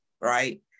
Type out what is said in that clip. right